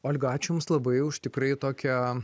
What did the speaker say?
olga ačiū jums labai už tikrai tokią